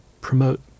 promote